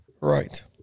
Right